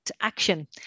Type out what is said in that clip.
action